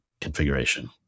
configuration